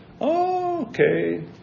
Okay